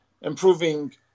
improving